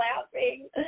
laughing